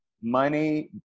money